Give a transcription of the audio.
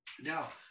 Now